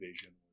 vision